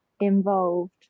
involved